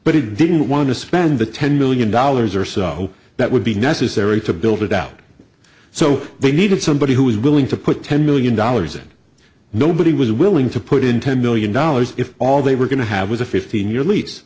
but it didn't want to spend the ten million dollars or so that would be necessary to build it out so they needed somebody who was willing to put ten million dollars and nobody was willing to put in ten million dollars if all they were going to have was a fifteen year lease